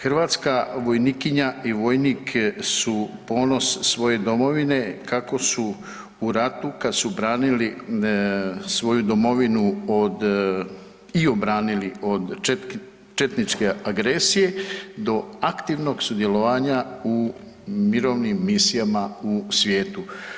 Hrvatska vojnikinja i vojnik su ponos svoje domovine kako su u ratu kada su branili svoju domovinu i obranili od četničke agresije do aktivnog sudjelovanja u mirovnim misijama u svijetu.